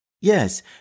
yes